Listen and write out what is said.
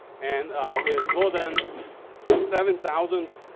and with more than seven thousand